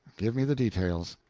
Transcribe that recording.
give me the details.